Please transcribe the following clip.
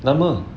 nama